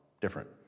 different